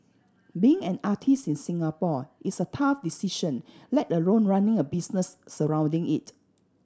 being an artist in Singapore is a tough decision let alone running a business surrounding it